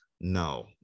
No